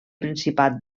principat